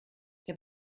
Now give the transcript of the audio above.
der